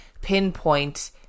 pinpoint